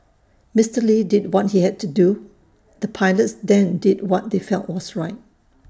Mr lee did what he had to do the pilots then did what they felt was right